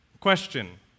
question